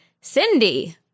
Cindy